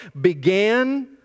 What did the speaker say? began